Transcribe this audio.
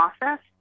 process